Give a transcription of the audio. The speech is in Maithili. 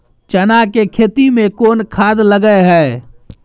चना के खेती में कोन खाद लगे हैं?